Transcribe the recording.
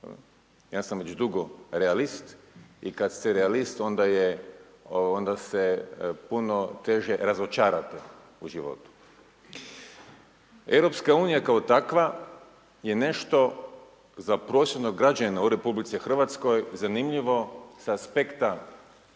ja sam već dugo realist i kad ste realist onda je, onda se puno teže razočarate u životu. EU kao takva je nešto za prosječnog građanina u RH zanimljivo s aspekta